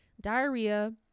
diarrhea